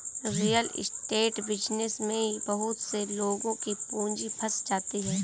real estate business में बहुत से लोगों की पूंजी फंस जाती है